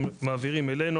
הם מעבירים אלינו,